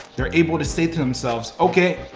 they're able to say to themselves, okay,